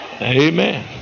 Amen